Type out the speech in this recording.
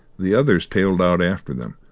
the others tailed out after them,